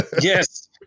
Yes